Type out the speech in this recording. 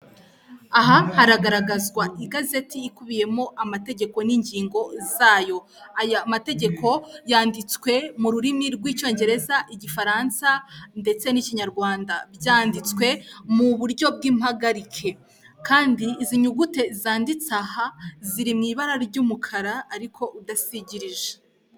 Aha haragaragazwa igazeti ikubiyemo amategeko n'ingingo zayo. Aya mategeko yanditswe mu rurimi rw'Icyongereza, Igifaransa ndetse n'Ikinyarwanda. Byanditswe mu buryo bw'impagarike kandi izi nyuguti zanditse aha, ziri mu ibara ry'umukara ariko udasigirije.